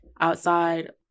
outside